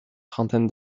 trentaine